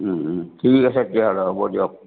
ঠিক আছে তেতিয়াহ'লে হ'ব দিয়ক